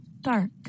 dark